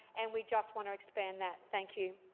and we just want to expand that. thank you.